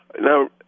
Now